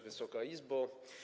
Wysoka Izbo!